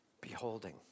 Beholding